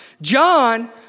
John